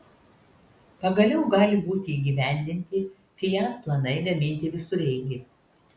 pagaliau gali būti įgyvendinti fiat planai gaminti visureigį